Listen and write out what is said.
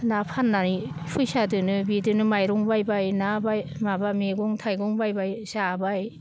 ना फाननाय फैसाजोदोनो बिदिनो माइरं बायबाय ना बायबाय माबा मैगं थाइगं बायबाय जाबाय